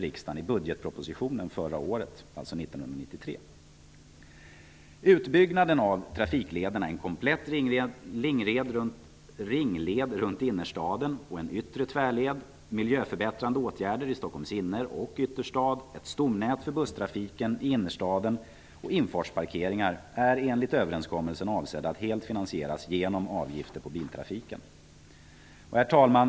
I budgetpropositionen förra året, år Utbyggnaden av trafiklederna, en komplett ringled runt innerstaden och en yttre tvärled, miljöförbättrande åtgärder i Stockholms inner och ytterstad, ett stomnät för busstrafiken i innerstaden och infartsparkeringar är enligt överenskommelsen avsedda att helt finansieras genom avgifter på biltrafiken. Herr talman!